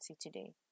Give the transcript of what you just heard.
today